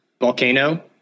volcano